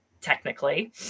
technically